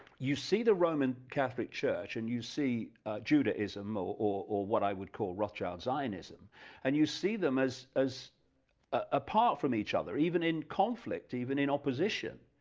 you see the roman catholic church and you see judaism, or or what i would call rothschild zionism and you see them as as apart from each other, even in conflict, even in opposition.